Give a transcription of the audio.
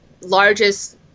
largest